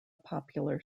popular